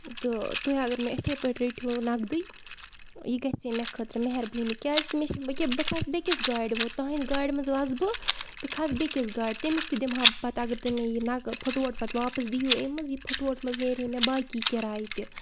تہٕ تُہۍ اَگر مےٚ اِتھٕے پٲٹھۍ رٔٹِو نَقدٕے یہِ گژھِ ہا مےٚ خٲطرٕ مہربٲنی کیازِ کہِ مےٚ چھِ یِکے بہٕ گژھ بیٚیہِ کِس گاڑِ تُہندِ گاڑِ منٛز وَسہٕ بہٕ تہٕ کھسہٕ بیٚیہِ کِس گاڑِ تٔمِس تہِ دِمہٕ ہا بہٕ پَتہٕ اَگر تُہی مےٚ یہِ پھُٹووٹ پتہٕ واپَس دِیو اَمہِ منٛز یہِ پھُٹووٹ منٛز نیرِ ہے مےٚ باقی کِراے تہِ